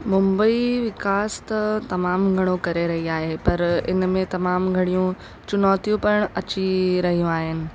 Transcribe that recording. मुंबई विकास त तमामु घणो करे रही आहे पर इन में तमामु घणियूं चुनौतियूं पाण अची रहियूं आहिनि